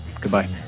Goodbye